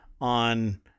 on